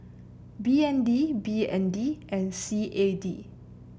B N D B N D and C A D